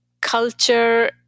culture